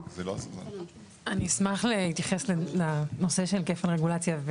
אני אשמח להתייחס לנושא של כפל רגולציה.